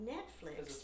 Netflix